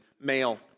male